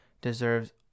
Deserves